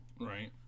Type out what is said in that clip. Right